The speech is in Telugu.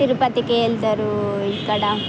తిరుపతికి వెళ్తారు ఇక్కడ